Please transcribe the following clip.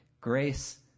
grace